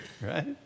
Right